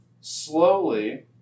slowly